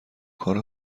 کار